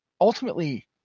ultimately